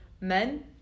men